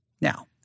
Now